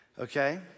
Okay